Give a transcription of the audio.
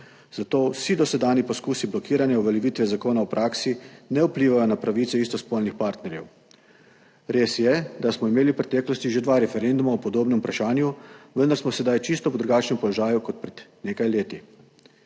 zato vsi dosedanji poskusi blokiranja uveljavitve zakona v praksi ne vplivajo na pravice istospolnih partnerjev. Res je, da smo imeli v preteklosti že dva referenduma o podobnem vprašanju, vendar smo sedaj čisto po drugačnem položaju kot pred nekaj leti.